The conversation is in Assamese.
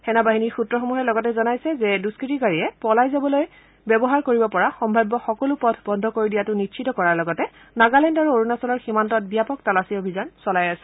সেনা বাহিনীৰ সূত্ৰসমূহে লগতে জনাইছে যে দুষ্কতিকাৰীয়ে পলাই যাবলৈ ব্যৱহাৰ কৰিব পৰা সম্ভাব্য সকলো পথ বন্ধ কৰি দিয়াটো নিশ্চিত কৰাৰ লগতে নাগালেণ্ড আৰু অৰুণাচলৰ সীমান্তত ব্যাপক তালাচী অভিযান চলাই আছে